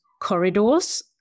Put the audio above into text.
corridors